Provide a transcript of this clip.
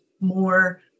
more